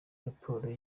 raporo